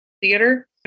theater